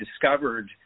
discovered